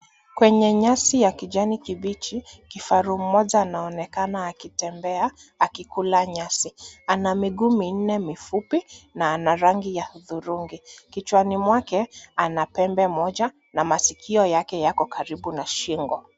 Kwenye nyasi ya kijani kibichi, kifaru mmoja anaonekana akitembea akikula nyasi .Ana miguu minne mifupi na ana rangi ya hudhurungi .Kichwani mwake ana pembe moja na masikio yake yako karibu na shingo.